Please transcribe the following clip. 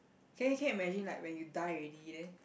can you can you imagine like when you die already then